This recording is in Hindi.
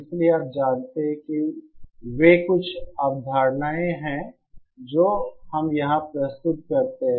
इसलिए आप जानते हैं कि वे कुछ अवधारणाएँ हैं जो हम यहाँ प्रस्तुत करते हैं